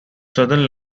southern